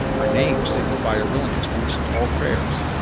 her names signify her willingness to listen to all prayers.